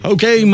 Okay